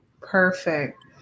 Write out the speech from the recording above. Perfect